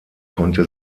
konnte